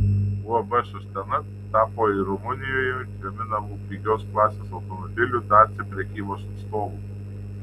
uab sostena tapo ir rumunijoje gaminamų pigios klasės automobilių dacia prekybos atstovu